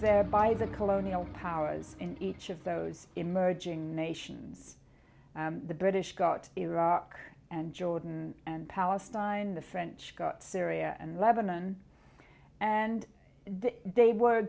there by the colonial powers in each of those emerging nations the british got iraq and jordan and palestine the french got syria and lebanon and they